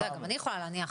גם אני יכולה להניח